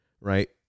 right